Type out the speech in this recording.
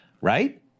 right